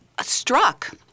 struck